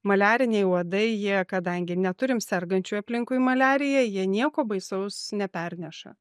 maliariniai uodai jie kadangi neturim sergančiųjų aplinkui maliarija jie nieko baisaus neperneša